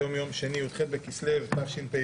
היום יום שני י"ח בכסלו תשפ"ב,